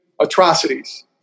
atrocities